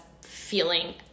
feeling